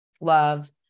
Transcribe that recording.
love